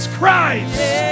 Christ